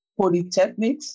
polytechnics